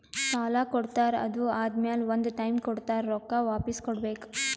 ಸಾಲಾ ಕೊಡ್ತಾರ್ ಅದು ಆದಮ್ಯಾಲ ಒಂದ್ ಟೈಮ್ ಕೊಡ್ತಾರ್ ರೊಕ್ಕಾ ವಾಪಿಸ್ ಕೊಡ್ಬೇಕ್